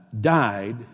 died